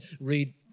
read